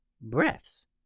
breaths